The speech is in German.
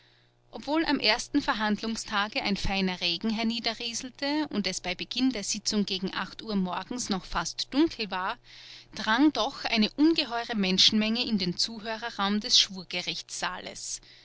obwohl am ersten verhandlungstage ein feiner regen herniederrieselte und es bei beginn der sitzung gegen uhr morgens noch fast dunkel war drang doch eine ungeheure menschenmenge in den zuhörerraum des schwurgerichtssaales